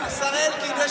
השר אלקין,